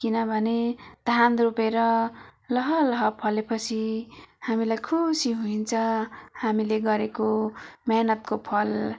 किनभने धान रोपेर लहलह फलेपछि हामीलाई खुसी हुन्छ हामीले गरेको मिहिनेतको फल